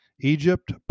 Egypt